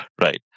right